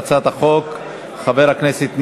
2013, יורדת מסדר-יומה של הכנסת.